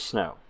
Snow